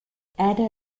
ada